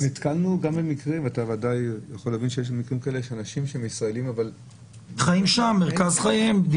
נתקלנו במקרים שאנשים ישראלים אבל מרכז חייהם בחוץ לארץ.